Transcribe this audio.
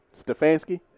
Stefanski